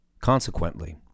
Consequently